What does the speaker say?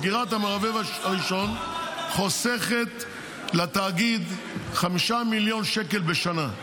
סגירת המרבב הראשון חוסכת לתאגיד 5 מיליון שקל בשנה,